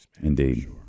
Indeed